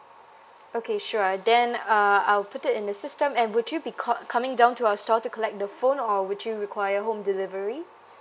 okay sure then uh I'll put it in the system and would you be co~ coming down to our store to collect the phone or would you require home delivery